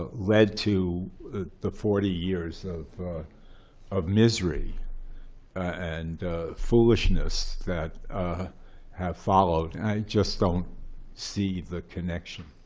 ah led to the forty years of of misery and foolishness that have followed. and i just don't see the connection.